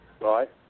right